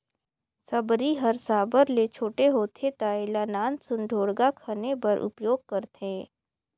सबरी हर साबर ले छोटे होथे ता एला नान सुन ढोड़गा खने बर उपियोग करथे